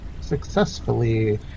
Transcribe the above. successfully